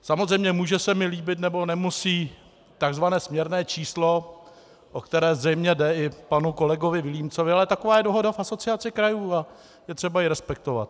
Samozřejmě může se mi líbit, nebo nemusí tzv. směrné číslo, o které zřejmě jde i panu kolegovi Vilímcovi, ale taková je dohoda v Asociaci krajů a je třeba ji respektovat.